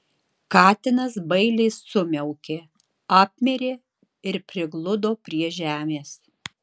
katinas bailiai sumiaukė apmirė ir prigludo prie žemės